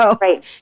Right